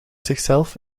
zichzelf